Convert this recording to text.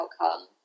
outcome